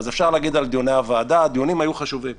אפשר להגיד על דיוני הוועדה שהדיונים היו חשובים,